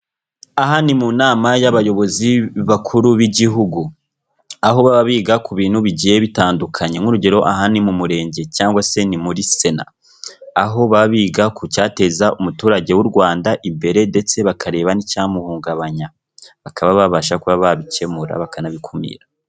Aha ni mu nama y'abayobozi bakuru b'igihugu aho baba biga ku bintu bigiye bitandukanye, nk'urugero aha ni mu murenge cyangwa se ni muri sena aho baba biga ku cyateza umuturage w'u Rwanda imbere ndetse bakareba n'icyamuhungabanya, bakaba babasha kuba babikemura bakanabikumira.